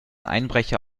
einbrecher